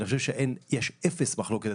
אני חושב שיש אפס מחלוקת.